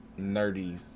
nerdy